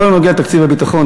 בכל הנוגע לתקציב הביטחון,